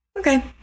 Okay